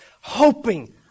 hoping